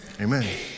Amen